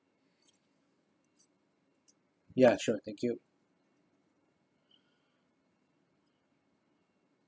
ya sure thank you